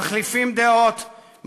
מחליפים דעות,